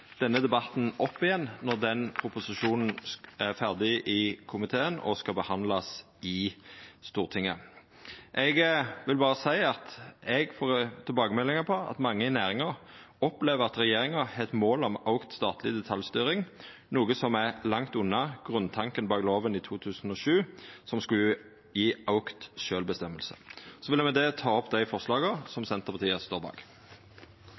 denne debatten opp igjen når den proposisjonen er ferdig i komiteen og skal behandlast i Stortinget. Eg vil berre seia at eg får tilbakemeldingar på at mange i næringa opplever at regjeringa har eit mål om auka statleg detaljstyring, noko som er langt unna grunntanken bak loven i 2007, som skulle gje auka sjølvstyring. Eg vil med det ta opp det forslaget som Senterpartiet står bak.